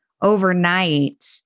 overnight